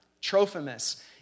Trophimus